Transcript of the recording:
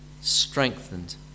strengthened